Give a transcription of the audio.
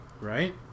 right